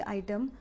item